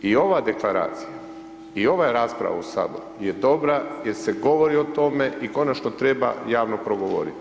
I ova deklaracija i ova rasprava u Saboru je dobra jer se govori o tome i konačno treba javno progovoriti.